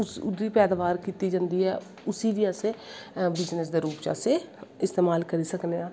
ओह्दी पैदाबार कीती जंदी ऐ उसी बी असैं बिजनस दे रूप च अस इसतेमाल करी सकने आं